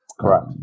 correct